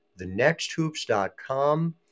thenexthoops.com